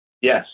Yes